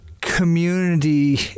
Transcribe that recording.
community